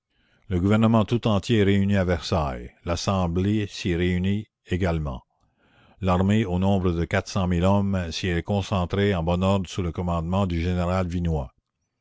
le gouvernement tout entier est réuni à versailles l'assemblée s'y réunit également l'armée au nombre de hommes s'y est concentrée en bon ordre sous le commandement du général